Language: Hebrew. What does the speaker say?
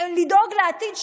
לדאוג לעתיד שלו,